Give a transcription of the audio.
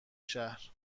شهر